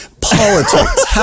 politics